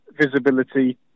visibility